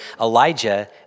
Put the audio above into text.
Elijah